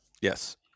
Yes